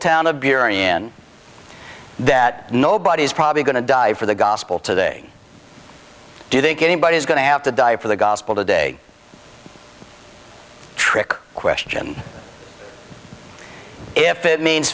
town of beer in that nobody is probably going to die for the gospel today do you think anybody is going to have to die for the gospel today trick question if it means